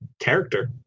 character